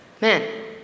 man